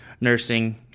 nursing